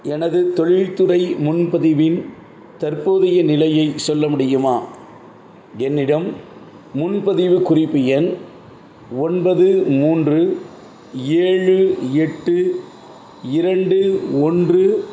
எனது தொழில்துறை முன்பதிவின் தற்போதைய நிலையைச் சொல்ல முடியுமா என்னிடம் முன்பதிவு குறிப்பு எண் ஒன்பது மூன்று ஏழு எட்டு இரண்டு ஒன்று